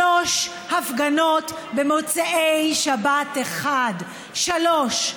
שלוש הפגנות במוצאי שבת אחת, שלוש,